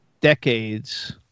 decades